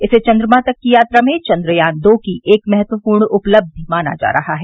इसे चन्द्रमा तक की यात्रा में चन्द्रयान दो की एक महत्वपूर्ण उपलब्धि माना जा रहा है